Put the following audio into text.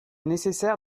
nécessaire